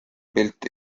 pilt